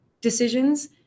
decisions